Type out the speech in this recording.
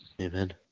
Amen